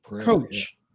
coach